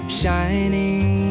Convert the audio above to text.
shining